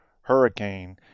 hurricane